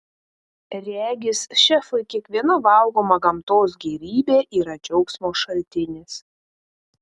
regis šefui kiekviena valgoma gamtos gėrybė yra džiaugsmo šaltinis